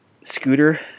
Scooter